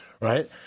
right